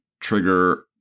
trigger